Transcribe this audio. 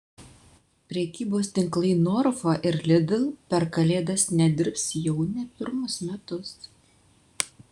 prekybos tinklai norfa ir lidl per kalėdas nedirbs jau ne pirmus metus